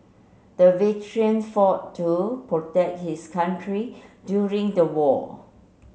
the veteran fought to protect his country during the war